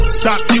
stop